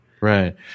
Right